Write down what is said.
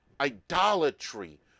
idolatry